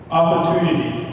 opportunity